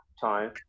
time